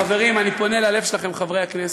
חברים, אני פונה ללב שלכם, חברי הכנסת,